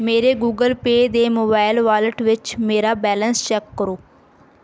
ਮੇਰੇ Google Pay ਦੇ mobile wallet ਵਿੱਚ ਮੇਰਾ ਬੈਲੰਸ ਚੈੱਕ ਕਰੋ